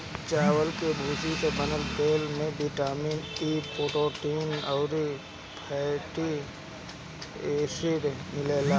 चावल के भूसी से बनल तेल में बिटामिन इ, प्रोटीन अउरी फैटी एसिड मिलेला